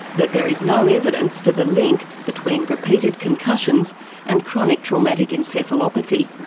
that there is no evidence for the link between repeated concussions and chronic traumatic encephalopathy.